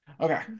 Okay